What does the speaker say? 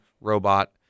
robot